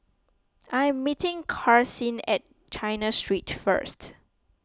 I am meeting Karsyn at China Street first